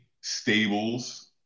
stables